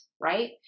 right